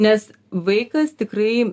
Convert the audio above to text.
nes vaikas tikrai